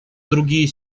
другие